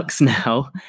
now